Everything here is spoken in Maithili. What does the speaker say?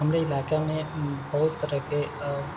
हमरे इलाकामे बहुत तरहके